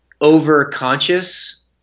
over-conscious –